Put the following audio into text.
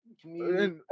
community